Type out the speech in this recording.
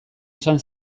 esan